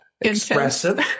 expressive